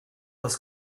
was